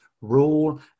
rule